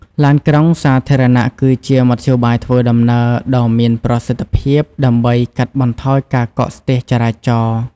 ឡានក្រុងសាធារណៈ គឺជាមធ្យោបាយធ្វើដំណើរដ៏មានប្រសិទ្ធភាពដើម្បីកាត់បន្ថយការកកស្ទះចរាចរណ៍។